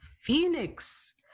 Phoenix